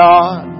God